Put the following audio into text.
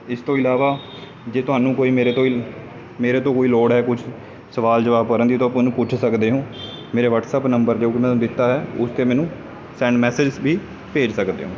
ਇਸ ਤੋਂ ਇਲਾਵਾ ਜੇ ਤੁਹਾਨੂੰ ਕੋਈ ਮੇਰੇ ਕੋਈ ਮੇਰੇ ਤੋਂ ਕੋਈ ਲੋੜ ਹੈ ਕੁਛ ਸਵਾਲ ਜਵਾਬ ਕਰਨ ਦੀ ਆਪਾਂ ਨੂੰ ਪੁੱਛ ਸਕਦੇ ਹੋ ਮੇਰੇ ਵੱਟਸਐਪ ਨੰਬਰ 'ਤੇ ਜੋ ਮੈਂ ਤੁਹਾਨੂੰ ਦਿੱਤਾ ਹੈ ਉਸ 'ਤੇ ਮੈਨੂੰ ਸੈਂਡ ਮੈਸੇਜ ਵੀ ਭੇਜ ਸਕਦੇ ਹੋ